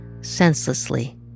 senselessly